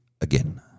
again